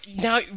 Now